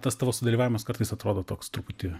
tas tavo sudalyvavimas kartais atrodo toks truputį